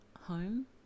home